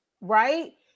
right